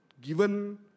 given